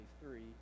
three